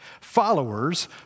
Followers